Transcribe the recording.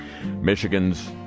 Michigan's